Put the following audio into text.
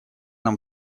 нам